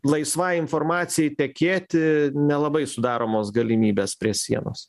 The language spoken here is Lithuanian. laisvai informacijai tekėti nelabai sudaromos galimybės prie sienos